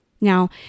Now